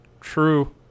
true